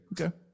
Okay